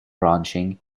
ranching